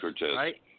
right